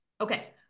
Okay